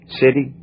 city